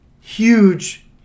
Huge